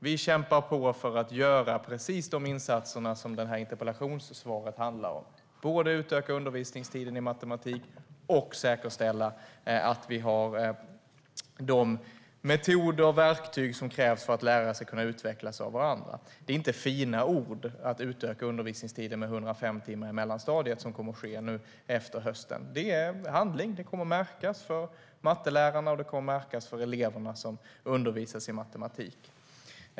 Vi kämpar på för att göra precis de insatser som interpellationssvaret handlar om - både utöka undervisningstiden i matematik och säkerställa att vi har de metoder och verktyg som krävs för att lärarna ska kunna utvecklas av varandra. Det är inte fina ord att utöka undervisningstiden med 105 timmar i mellanstadiet, vilket kommer att ske efter hösten. Det är handling. Det kommer att märkas för mattelärarna och de elever som undervisas i matematik.